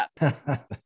up